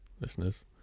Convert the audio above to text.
listeners